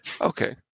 Okay